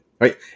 right